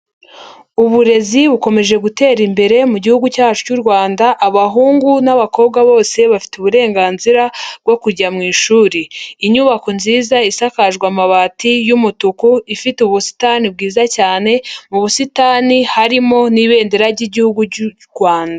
uburezi bukomeje gutera imbere gihugu cyacu cy'u Rwanda, abahungu n'abakobwa bose bafite uburenganzira bwo kujya mu ishuri, inyubako nziza isakaje amabati y'umutuku, ifite ubusitani bwiza cyane mu busitani harimo n'Ibendera ry'Igihugu cy'u Rwanda.